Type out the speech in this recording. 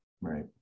Right